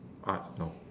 arts no